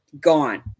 gone